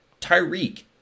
Tyreek